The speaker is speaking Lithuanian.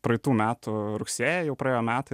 praeitų metų rugsėjį jau praėjo metai